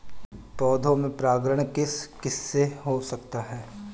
पौधों में परागण किस किससे हो सकता है?